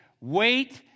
wait